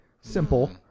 Simple